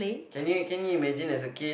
can you can you imagine as a kid